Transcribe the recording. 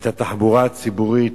את התחבורה הציבורית,